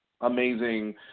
amazing